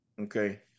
Okay